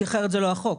אחרת זה לא החוק.